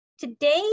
today